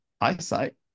eyesight